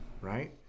Right